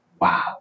wow